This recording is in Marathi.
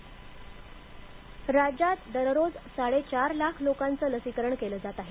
राजेश टोपे राज्यात दररोज साडेचार लाख लोकांचं लसीकरण केलं जात आहे